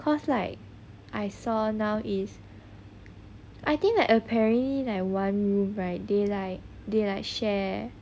cause like I saw now is I think that apparently like one room right they like they like share